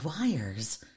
wires